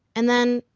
and then,